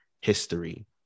history